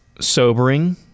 sobering